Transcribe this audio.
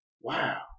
Wow